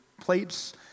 plates